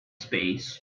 space